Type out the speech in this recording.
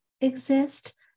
exist